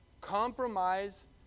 Compromise